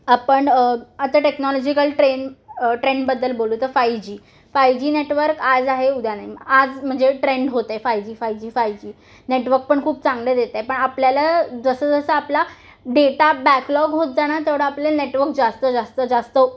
आपण आता technological train ट्रेनबद्दल बोलू तर five G five G network आज आहे उद्या नाही आज म्हणजे ट्रेंड होतं आहे five G five G five G network पण खूप चांगले देत आहे पण आपल्याला जसं जसं आपला डेटा बॅकलॉग होत जाणार तेवढं आपले नेटवर्क जास्त जास्त जास्त